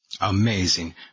Amazing